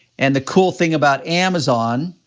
and the cool thing about amazon,